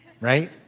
right